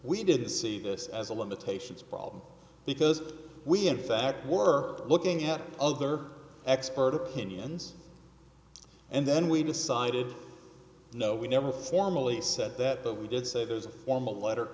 we didn't see this as a limitations problem because we in fact were looking at other expert opinions and then we decided no we never formally said that but we did say there's a form